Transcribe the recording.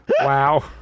Wow